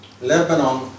Lebanon